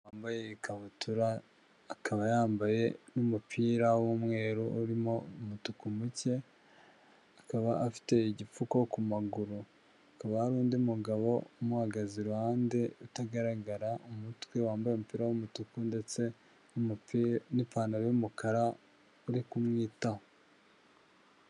Umugabo wambaye ikabutura akaba yambaye n'umupira w'umweru urimo umutuku muke, akaba afite igipfuko ku maguru, hakaba hari undi mugabo umuhagaze iruhande utagaragara umutwe wambaye umupira w'umutuku ndetse n'ipantaro y'umukara uri kumwitaho.